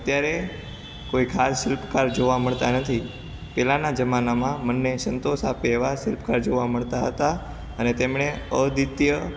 અત્યારે કોઈ ખાસ શિલ્પકાર જોવા મળતા નથી પહેલાના જમાનામાં મનને સંતોષ આપે એવા શિલ્પકાર જોવા મળતા હતા અને તેમને અદ્વિતીય